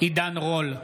עידן רול,